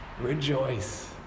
rejoice